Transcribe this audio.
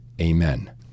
Amen